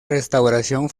restauración